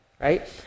right